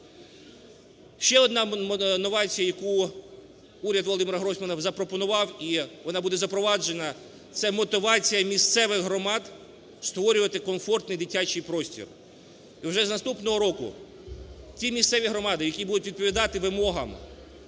Ще одна новація, яку уряд Володимира Гройсмана запропонував і вона буде запроваджена, – це мотивація місцевих громад створювати комфортний дитячий простір. І вже з наступного року ті місцеві громади, які будуть відповідати вимогам